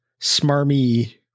smarmy